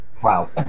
Wow